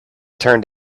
turned